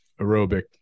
aerobic